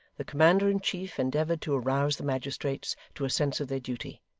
the commander-in-chief endeavoured to arouse the magistrates to a sense of their duty,